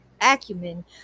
acumen